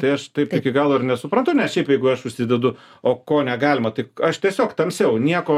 tai aš taip iki galo ir nesuprantu nes šiaip jeigu aš užsidedu o ko negalima tik aš tiesiog tamsiau nieko